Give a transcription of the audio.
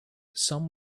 some